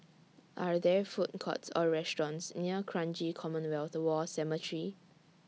Are There Food Courts Or restaurants near Kranji Commonwealth War Cemetery